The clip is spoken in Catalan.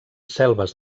selves